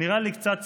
נראה לי קצת צבוע.